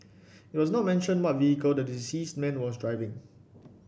it was not mentioned what vehicle the deceased man was driving